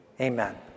Amen